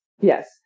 Yes